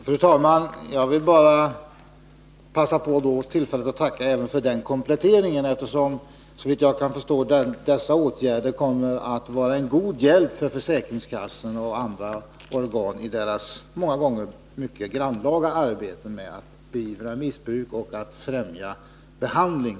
Fru talman! Jag vill bara passa på tillfället och tacka även för denna komplettering, eftersom dessa åtgärder, såvitt jag förstår, kommer att vara en god hjälp för försäkringskassorna och andra organ i deras många gånger mycket grannlaga arbete för att beivra missbruk och främja behandling.